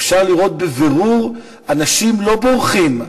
אפשר לראות בבירור שאנשים לא בורחים,